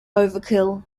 overkill